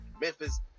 Memphis